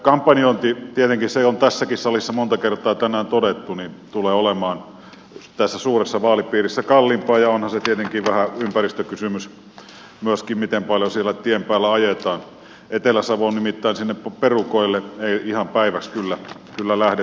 kampanjointi tietenkin se on tässäkin salissa monta kertaa tänään todettu tulee olemaan tässä suuressa vaalipiirissä kalliimpaa ja onhan se tietenkin vähän ympäristökysymys myöskin miten paljon siellä tien päällä ajetaan nimittäin sinne etelä savon perukoille ei ihan päiväksi kyllä lähdetä kulon päälle